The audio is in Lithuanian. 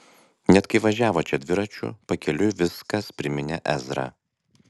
net kai važiavo čia dviračiu pakeliui viskas priminė ezrą